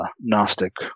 Gnostic